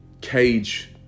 Cage